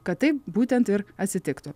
kad taip būtent ir atsitiktų